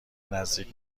نزدیک